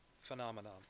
phenomenon